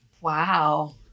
Wow